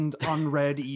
unread